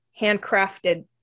handcrafted